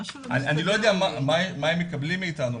אני לא יודע מה הם מקבלים מאיתנו,